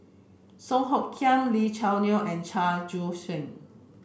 Song Hoot Kiam Lee Choo Neo and Chua Joon Siang